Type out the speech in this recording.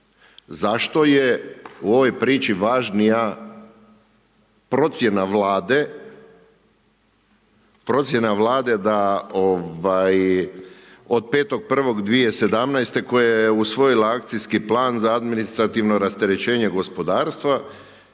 Zašto je u ovoj priči važnija procjena vlade procjena vlade da od 5.1.2017. koja je usvojila akcijski plan za administrativno rasterećenje gospodarstva